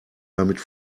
damit